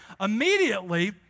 Immediately